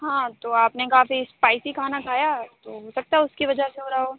ہاں تو آپ نے کافی اسپائیسی کھانا کھایا ہے تو ہو سکتا اس کی وجہ سے ہو رہا ہو